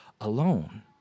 alone